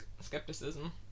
skepticism